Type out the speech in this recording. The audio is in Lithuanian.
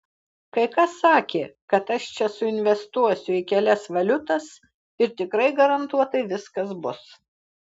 kai kas sakė kad aš čia suinvestuosiu į kelias valiutas ir tikrai garantuotai viskas bus